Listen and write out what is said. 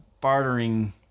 bartering